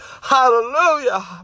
Hallelujah